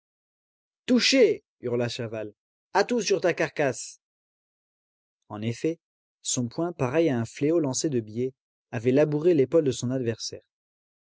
touché hurla chaval atout sur ta carcasse en effet son poing pareil à un fléau lancé de biais avait labouré l'épaule de son adversaire